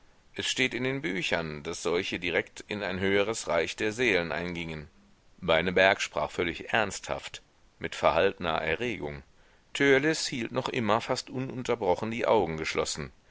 es steht in den büchern daß solche direkt in ein höheres reich der seelen eingingen beineberg sprach völlig ernsthaft mit verhaltener erregung törleß hielt noch immer fast ununterbrochen die augen geschlossen